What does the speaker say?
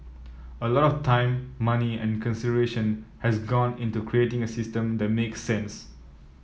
a lot of time money and consideration has gone into creating a system that make sense